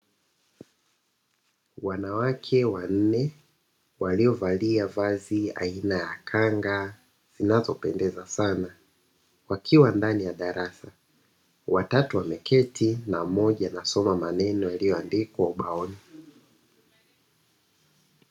Wanawake wanne waliovalia vazi aina ya kanga zinazopendeza sana, wakiwa ndani ya darasa; watatu wameketi na mmoja anasoma maneno yaliyoandikwa ubaoni.